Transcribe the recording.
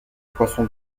poisson